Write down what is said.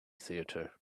theatre